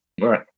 Right